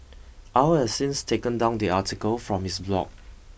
Au has since taken down the article from his blog